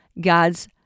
God's